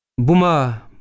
Buma